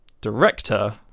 Director